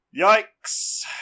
Yikes